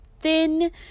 thin